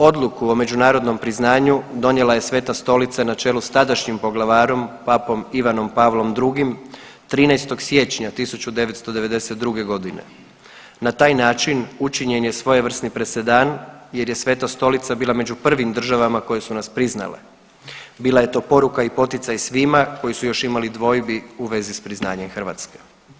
Odluku o međunarodnom priznanju donijela je Sveta Stolica na čelu s tadašnjim poglavarom Papom Ivanom Pavlom II 13. siječnja 1992.g., na taj način učinjen je svojevrsni presedan jer je Sveta Stolica bila među prvim državama koje su nas priznale, bila je to poruka i poticaj svima koji su još imali dvojbi u vezi s priznanjem Hrvatske.